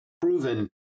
proven